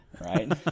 right